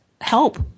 help